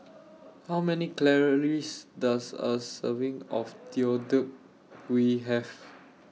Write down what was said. How Many Calories Does A Serving of Deodeok Gui Have